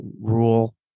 rule